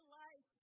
life